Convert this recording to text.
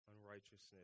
unrighteousness